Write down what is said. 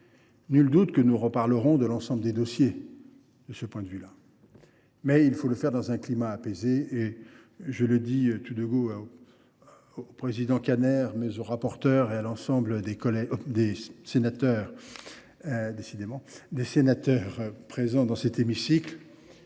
Nul doute que nous reparlerons de l’ensemble des dossiers. Mais nous devons le faire dans un climat apaisé. Je le dis tout de go au président Kanner, aux rapporteurs et à l’ensemble des sénateurs présents dans cet hémicycle